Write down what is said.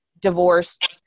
divorced